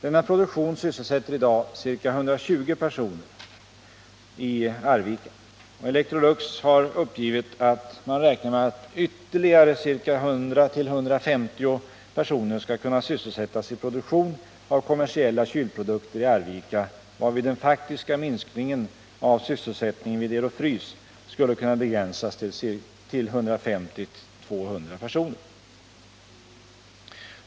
Denna produktion sysselsätter i dag ca 120 personer i Arvika. Electrolux har uppgivit att man räknar med att ytterligare ca 100-150 personer skall kunna sysselsättas i produktion av kommersiella kylprodukter i Arvika, varvid den faktiska minskningen av sysselsättningen vid Ero-Frys skulle kunna begränsas till 150-200 personer.